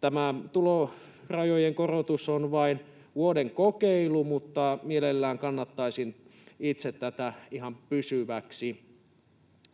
Tämä tulorajojen korotus on vain vuoden kokeilu, mutta mielelläni kannattaisin itse tätä ihan pysyväksi.